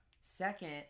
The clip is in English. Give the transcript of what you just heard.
Second